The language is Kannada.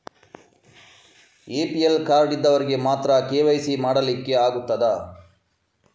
ಎ.ಪಿ.ಎಲ್ ಕಾರ್ಡ್ ಇದ್ದವರಿಗೆ ಮಾತ್ರ ಕೆ.ವೈ.ಸಿ ಮಾಡಲಿಕ್ಕೆ ಆಗುತ್ತದಾ?